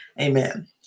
Amen